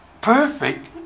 Perfect